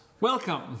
Welcome